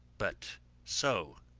but so.